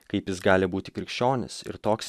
kaip jis gali būti krikščionis ir toks